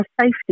safety